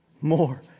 more